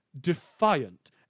defiant